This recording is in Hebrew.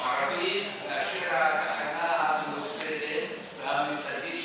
ערבים מאשר התחנה הממוסדת והממסדית,